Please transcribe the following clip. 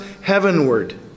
heavenward